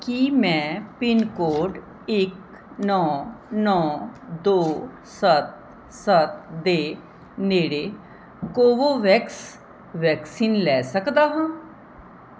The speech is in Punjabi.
ਕੀ ਮੈਂ ਪਿੰਨ ਕੋਡ ਇੱਕ ਨੌਂ ਨੌਂ ਦੋ ਸੱਤ ਸੱਤ ਦੇ ਨੇੜੇ ਕੋਵੋਵੈਕਸ ਵੈਕਸੀਨ ਲੈ ਸਕਦਾ ਹਾਂ